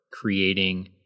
creating